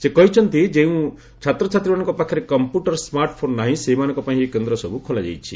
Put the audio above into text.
ସେ କହିଛନ୍ତି ଯେଉଁ ଛାତ୍ରଛାତ୍ରୀମାନଙ୍କ ପାଖରେ କମ୍ପ୍ୟୁଟର ସ୍କାର୍ଟଫୋନ୍ ନାହିଁ ସେହିମାନଙ୍କ ପାଇଁ ଏହି କେନ୍ଦ୍ର ସବୁ ଖୋଲା ଯାଇଛି